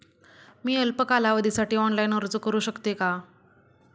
मी अल्प कालावधीसाठी ऑनलाइन अर्ज करू शकते का?